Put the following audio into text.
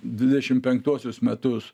dvidešim penktuosius metus